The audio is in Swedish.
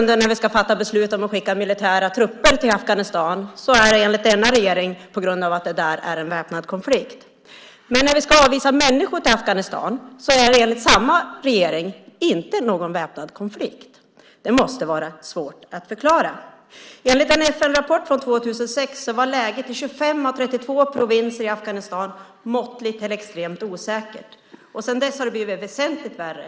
Då vi ska fatta beslut om att skicka militära trupper till Afghanistan är det enligt denna regering på grund av att det där råder väpnad konflikt. Men när vi ska avvisa människor till Afghanistan finns det enligt samma regering inte någon väpnad konflikt. Det måste vara svårt att förklara. Enligt en FN-rapport från 2006 var läget i 25 av 32 provinser i Afghanistan måttligt eller extremt osäkert. Sedan dess har det blivit väsentligt värre.